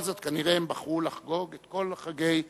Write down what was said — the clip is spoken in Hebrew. זאת כנראה הם בחרו לחגוג את כל חגי ישראל,